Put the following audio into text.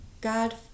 god